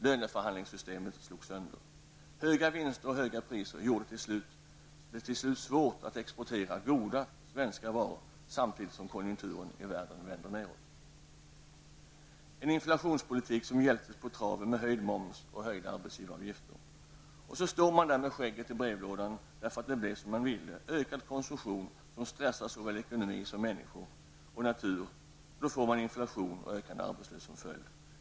Löneförhandlingssystemet slogs sönder. Höga vinster och höga priser gjorde det till slut svårt att exportera goda svenska varor, samtidigt som konjunkturen i världen vänder neråt. Det var en inflationspolitik som hjälptes på traven med höjd moms och höjda arbetsgivaravgifter. Så står man med skägget i brevlådan därför att det blev som man ville: ökad konsumtion som stressar såväl ekonomin som människor och natur, med inflation och ökande arbetslöshet som följd.